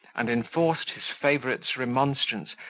and enforced his favourite's remonstrance,